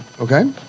Okay